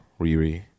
Riri